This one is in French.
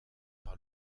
par